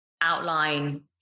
outline